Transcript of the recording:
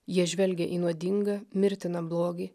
jie žvelgia į nuodingą mirtiną blogį